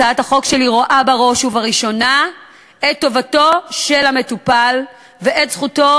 הצעת החוק שלי רואה בראש ובראשונה את טובתו של המטופל ואת זכותו